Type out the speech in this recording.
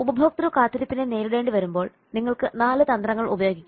ഉപഭോക്തൃ കാത്തിരിപ്പിനെ നേരിടേണ്ടി വരുമ്പോൾ നിങ്ങൾക്ക് 4 തന്ത്രങ്ങൾ ഉപയോഗിക്കാം